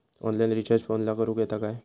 Online recharge फोनला करूक येता काय?